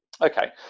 okay